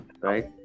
right